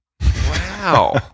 Wow